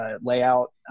layout